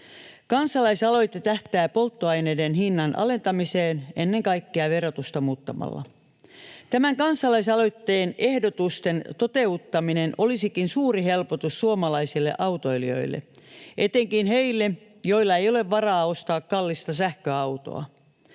Kansalaisaloite tähtää polttoaineiden hinnan alentamiseen ennen kaikkea verotusta muuttamalla. Tämän kansalaisaloitteen ehdotusten toteuttaminen olisikin suuri helpotus suomalaisille autoilijoille, etenkin heille, joilla ei ole varaa ostaa kallista sähköautoa.